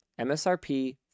msrp